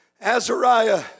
Azariah